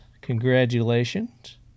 Congratulations